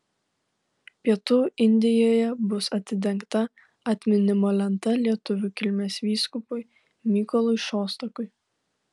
pietų indijoje bus atidengta atminimo lenta lietuvių kilmės vyskupui mykolui šostakui